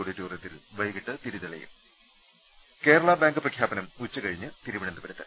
ഓഡിറ്റോറിയത്തിൽ വൈകിട്ട് തിരി തെളിയും കേരള ബാങ്ക് പ്രഖ്യാപനം ഉച്ചകഴിഞ്ഞ തിരുവനന്തപുരത്ത്